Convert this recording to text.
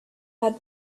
had